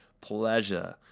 pleasure